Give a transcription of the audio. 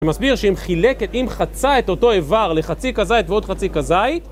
זה מסביר שאם חילק את, אם חצה את אותו עבר לחצי כזית ועוד חצי כזית